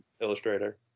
illustrator